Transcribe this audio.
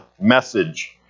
message